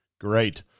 Great